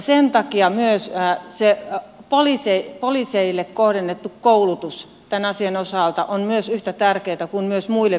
sen takia myös poliiseille kohdennettu koulutus tämän asian osalta on yhtä tärkeätä kuin myös muille viranomaisille